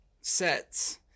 sets